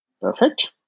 Perfect